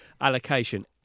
allocation